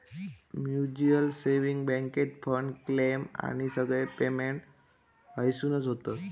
mutual saving बॅन्केत fund, claim आणि सगळे पेमेंट हयसूनच होतत